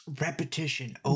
repetition